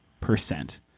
percent